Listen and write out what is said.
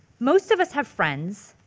most of us have friends,